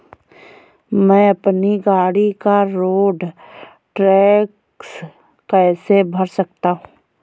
मैं अपनी गाड़ी का रोड टैक्स कैसे भर सकता हूँ?